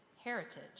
heritage